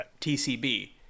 T-C-B